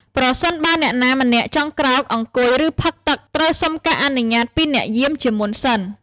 ប្រសិនបើអ្នកណាម្នាក់ចង់ក្រោក អង្គុយ ឬផឹកទឹក ត្រូវសុំការអនុញ្ញាតពីអ្នកយាម ជាមុនសិន។